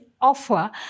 offer